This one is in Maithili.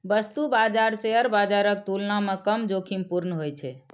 वस्तु बाजार शेयर बाजारक तुलना मे कम जोखिमपूर्ण होइ छै